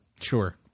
Sure